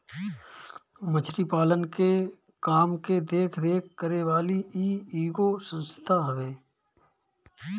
मछरी पालन के काम के देख रेख करे वाली इ एगो संस्था हवे